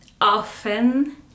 often